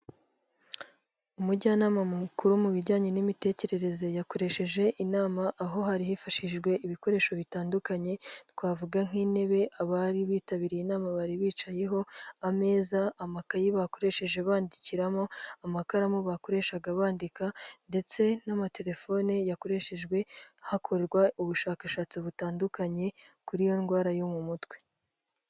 Umujyanama mukuru mu bijyanye n'imitekerereze, yakoresheje inama aho hari hifashishijwe ibikoresho bitandukanye, twavuga nk'intebe abari bitabiriye inama bari bicayeho, ameza, amakayi bakoresheje bandikiramo, amakaramu bakoreshaga bandika ndetse n'amatelefone yakoreshejwe hakorwa ubushakashatsi butandukanye, kuri iyo ndwara yo mu mutwe.